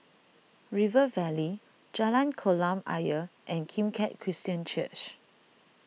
River Valley Jalan Kolam Ayer and Kim Keat Christian Church